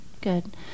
good